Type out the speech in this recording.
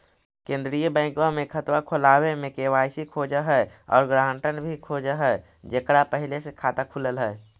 केंद्रीय बैंकवा मे खतवा खोलावे मे के.वाई.सी खोज है और ग्रांटर भी खोज है जेकर पहले से खाता खुलल है?